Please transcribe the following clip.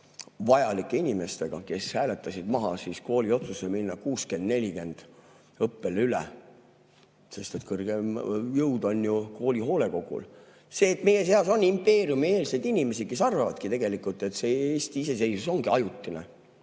vajalike inimestega, kes hääletasid maha kooli otsuse minna üle 60 : 40 õppele. Sest kõrgem jõud on ju kooli hoolekogu. Meie seas on impeeriumimeelseid inimesi, kes arvavadki tegelikult, et see Eesti iseseisvus ongi ajutine